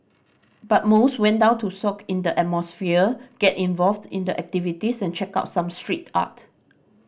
but most went down to soak in the atmosphere get involved in the activities and check out some street art